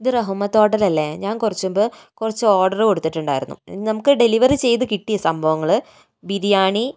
ഇത് റഹ്മത്ത് ഹോട്ടൽ അല്ലേ ഞാൻ കുറച്ചു മുമ്പ് കുറച്ച് ഓർഡർ കൊടുത്തിട്ടുണ്ടായിരുന്നു നമുക്ക് ഡെലിവറി ചെയ്ത് കിട്ടി സംഭവങ്ങള് ബിരിയാണി